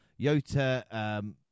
Yota